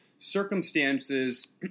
Circumstances